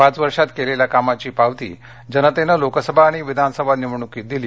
पाच वर्षात केलेल्या कामाची पावती जनतेने लोकसभा आणि विधानसभा निवडणुकीत दिली